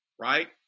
Right